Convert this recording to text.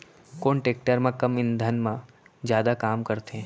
कोन टेकटर कम ईंधन मा जादा काम करथे?